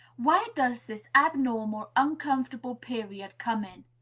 where does this abnormal, uncomfortable period come in?